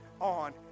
on